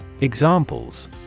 Examples